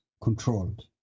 controlled